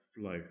flow